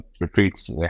retreats